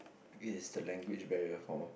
is the language barrier for